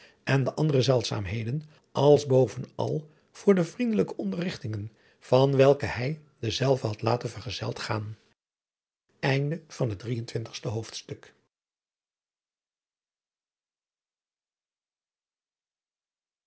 en de andere zeldzaamheden als bovenal voor de vriendelijke onderrigtingen van welke hij dezelve had laten verzeld gaan adriaan loosjes pzn het leven